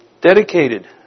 Dedicated